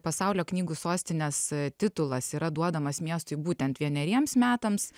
pasaulio knygų sostinės titulas yra duodamas miestui būtent vieneriems metams